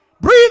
Breathe